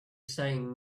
saying